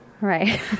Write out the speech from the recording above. right